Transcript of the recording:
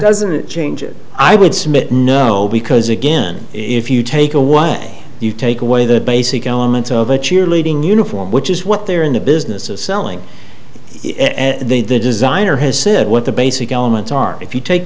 doesn't change it i would submit no because again if you take away you take away the basic elements of a cheerleading uniform which is what they're in the business of selling they the designer has said what the basic elements are if you take